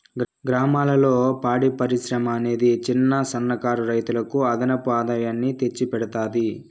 గ్రామాలలో పాడి పరిశ్రమ అనేది చిన్న, సన్న కారు రైతులకు అదనపు ఆదాయాన్ని తెచ్చి పెడతాది